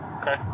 Okay